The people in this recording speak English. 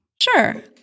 Sure